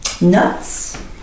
Nuts